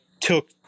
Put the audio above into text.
took